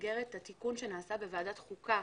במסגרת התיקון שנעשה בוועדת חוקה,